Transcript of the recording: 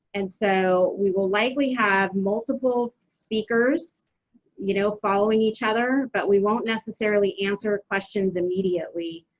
and so, we will likely have multiple speakers you know following each other, but we won't necessarily answer questions immediately.